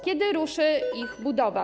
Kiedy ruszy ich budowa?